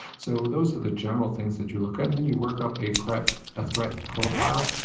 so those are the general things that you look at. and then you work up a threat ah threat profile.